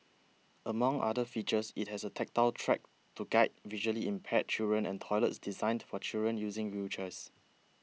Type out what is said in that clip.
among other features it has a tactile track to guide visually impaired children and toilets designed for children using wheelchairs